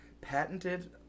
patented